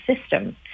system